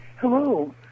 Hello